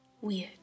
Weird